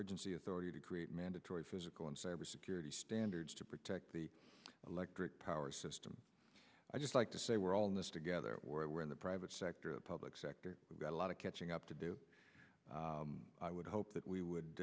the authority to create mandatory physical and cyber security standards to protect the electric power system i just like to say we're all in this together or we're in the private sector and public sector we've got a lot of catching up to do i would hope that we would